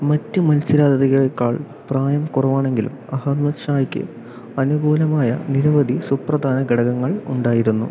മറ്റ് മത്സരാർത്ഥികളേക്കാൾ പ്രായം കുറവാണെങ്കിലും അഹമ്മദ് ഷായ്ക്ക് അനുകൂലമായ നിരവധി സുപ്രധാന ഘടകങ്ങൾ ഉണ്ടായിരുന്നു